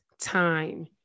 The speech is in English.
time